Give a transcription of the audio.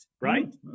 right